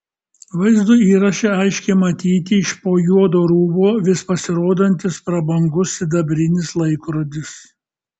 vaizdo įraše aiškiai matyti iš po juodo rūbo vis pasirodantis prabangus sidabrinis laikrodis